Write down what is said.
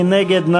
מי נגד?